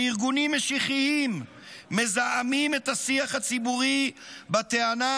שארגונים משיחיים מזהמים את השיח הציבורי בטענה